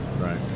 Right